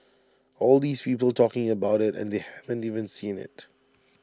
all these people talking about IT and they haven't even seen IT